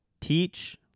teach